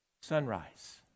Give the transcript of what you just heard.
sunrise